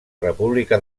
república